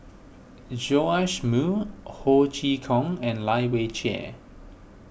Joash Moo Ho Chee Kong and Lai Weijie